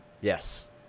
Yes